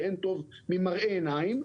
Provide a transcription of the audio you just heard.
כי אין טוב ממראה עיניים,